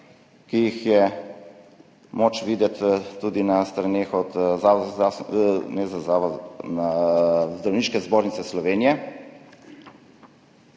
ki jih je moč videti tudi na straneh od Zdravniške zbornice Slovenije,